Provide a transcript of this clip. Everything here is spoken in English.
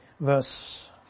Verse